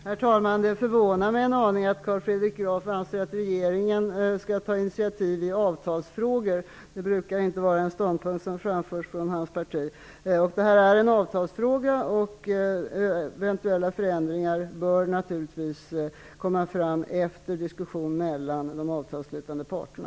Herr talman! Det förvånar mig en aning att Carl Fredrik Graf anser att regeringen skall ta initiativ i avtalsfrågor. Det brukar inte vara en ståndpunkt som framförs från hans parti. Detta är en avtalsfråga. Eventuella förändringar bör naturligtvis komma fram efter diskussion mellan de avtalsslutande parterna.